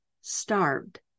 starved